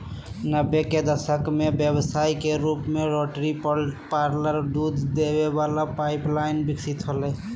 नब्बे के दशक में व्यवसाय के रूप में रोटरी पार्लर दूध दे वला पाइप लाइन विकसित होलय